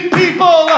people